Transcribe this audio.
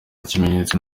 kimenyetso